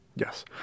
Yes